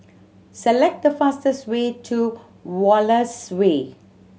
select the fastest way to Wallace Way